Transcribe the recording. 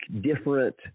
different